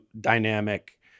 dynamic